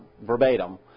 verbatim